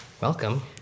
welcome